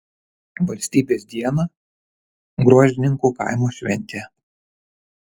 valstybės dieną gruožninkų kaimo šventė